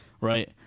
right